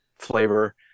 flavor